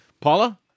Paula